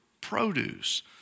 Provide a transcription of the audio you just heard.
produce